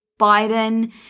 Biden